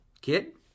Kid